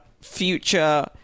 future